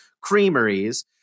Creameries